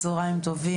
צוהריים טובים.